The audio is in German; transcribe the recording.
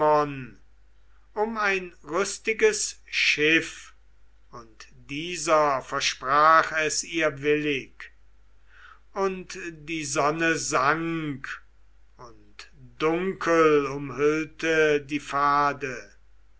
um ein rüstiges schiff und dieser versprach es ihr willig und die sonne sank und dunkel umhüllte die pfade